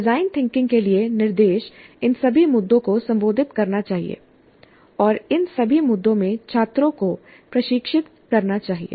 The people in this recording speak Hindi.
डिजाइन थिंकिंग के लिए निर्देश इन सभी मुद्दों को संबोधित करना चाहिए और इन सभी मुद्दों में छात्रों को प्रशिक्षित करना चाहिए